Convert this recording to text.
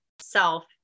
self